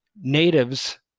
Natives